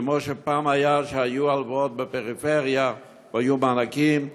כמו שפעם היו הלוואות בפריפריה והיו מענקים,